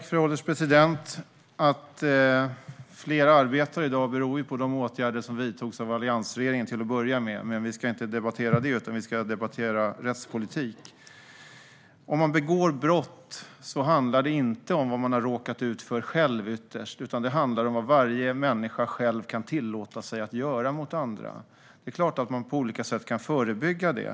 Fru ålderspresident! Att fler arbetar i dag beror, till att börja med, på de åtgärder som vidtogs av alliansregeringen. Men vi ska inte debattera det nu, utan vi ska debattera rättspolitik. Om man begår brott handlar det inte ytterst om vad man själv har råkat ut för, utan det handlar om vad varje människa själv kan tillåta sig att göra mot andra. Det är klart att man på olika sätt kan förebygga det.